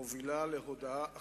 מובילה להודעה אחת: